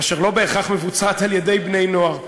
אשר לא בהכרח מבוצעת על-ידי בני-נוער.